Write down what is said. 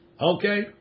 Okay